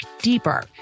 deeper